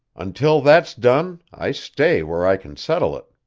until that's done, i stay where i can settle it.